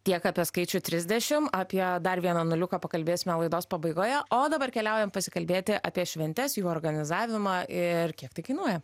tiek apie skaičių trisdešim apie dar vieną nuliuką pakalbėsime laidos pabaigoje o dabar keliaujam pasikalbėti apie šventes jų organizavimą ir kiek tai kainuoja